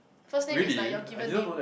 first name is like your given name